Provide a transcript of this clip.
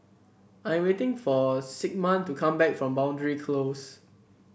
I am waiting for Sigmund to come back from Boundary Close